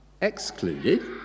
excluded